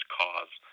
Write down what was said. cause